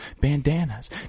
bandanas